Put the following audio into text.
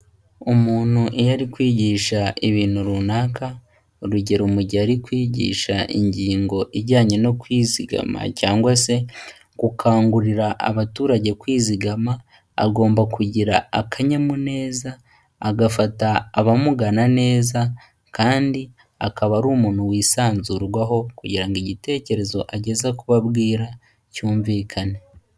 Umuntu iyo ari kwigisha ibintu runaka, urugero: mu gihe ari kwigisha ingingo ijyanye no kwizigama cyangwa se gukangurira abaturage kwizigama, agomba kugira akanyamuneza, agafata abamugana neza kandi akaba ari umuntu wisanzurwaho kugira ngo igitekerezo ageza kubo abwira cyumvikane.